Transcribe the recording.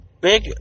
big